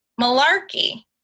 malarkey